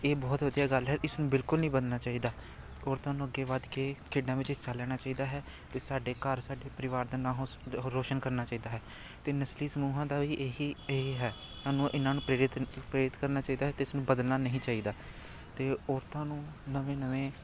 ਇਹ ਬਹੁਤ ਵਧੀਆ ਗੱਲ ਹੈ ਇਸਨੂੰ ਬਿਲਕੁਲ ਨਹੀਂ ਬਦਲਣਾ ਚਾਹੀਦਾ ਔਰਤਾਂ ਨੂੰ ਅੱਗੇ ਵੱਧ ਕੇ ਖੇਡਾਂ ਵਿੱਚ ਹਿੱਸਾ ਲੈਣਾ ਚਾਹੀਦਾ ਹੈ ਅਤੇ ਸਾਡੇ ਘਰ ਸਾਡੇ ਪਰਿਵਾਰ ਦਾ ਨਾਂ ਰੋਸ਼ਨ ਕਰਨਾ ਚਾਹੀਦਾ ਹੈ ਅਤੇ ਨਸਲੀ ਸਮੂਹਾਂ ਦਾ ਵੀ ਇਹੀ ਇਹ ਹੈ ਤੁਹਾਨੂੰ ਇਹਨਾਂ ਨੂੰ ਪ੍ਰੇਰਿਤ ਪ੍ਰੇਰਿਤ ਕਰਨਾ ਚਾਹੀਦਾ ਅਤੇ ਇਸਨੂੰ ਬਦਲਣਾ ਨਹੀਂ ਚਾਹੀਦਾ ਅਤੇ ਔਰਤਾਂ ਨੂੰ ਨਵੇਂ ਨਵੇਂ